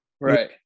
right